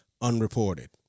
unreported